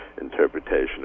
interpretation